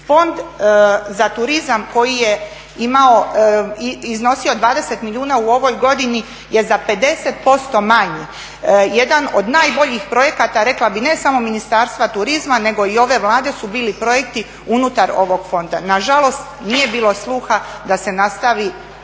Fond za turizam koji je imao i iznosio 20 milijuna u ovoj godini je za 50% manji. Jedan od najboljih projekata rekla bih ne samo Ministarstva turizma nego i ove Vlade su bili projekti unutar ovog fonda. Nažalost, nije bilo sluha da se nastavi